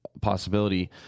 possibility